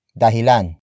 dahilan